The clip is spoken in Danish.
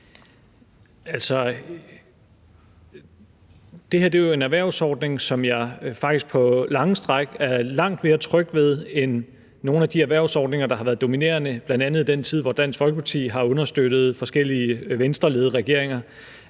Det her er jo en erhvervsordning, som jeg faktisk på lange stræk er langt mere tryg ved end nogle af de erhvervsordninger, der har været dominerende, bl.a. i den tid, hvor Dansk Folkeparti har understøttet forskellige Venstreledede regeringer,